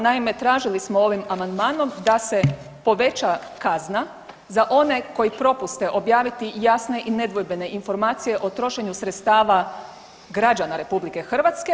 Naime, tražili smo ovim amandmanom da se poveća kazna za one koji propuste objaviti jasne i nedvojbene informacije o trošenju sredstava građana RH.